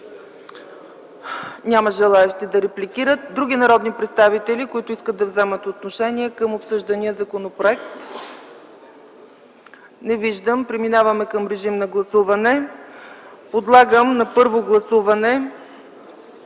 Няма желаещи. Има ли други народни представители, които искат да вземат отношение към обсъждания законопроект? Не виждам. Преминаваме към гласуване. Подлагам на първо гласуване